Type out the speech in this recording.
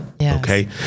Okay